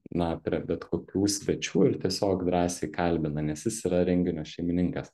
na prie bet kokių svečių ir tiesiog drąsiai kalbina nes jis yra renginio šeimininkas